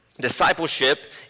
Discipleship